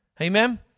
Amen